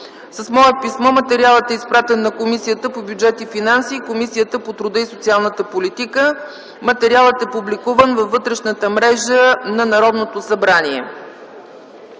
С мое писмо материалът е изпратен на Комисията по бюджет и финанси и на Комисията по труда и социалната политика. Материалът е публикуван във вътрешната мрежа на Народното събрание.